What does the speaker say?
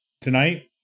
Tonight